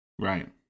Right